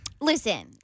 Listen